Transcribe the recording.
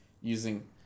using